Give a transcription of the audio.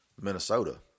Minnesota